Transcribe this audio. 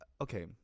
okay—